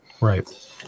right